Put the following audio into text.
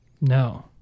No